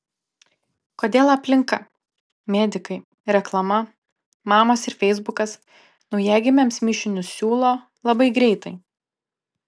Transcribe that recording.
kodėl aplinka medikai reklama mamos ir feisbukas naujagimiams mišinius siūlo labai greitai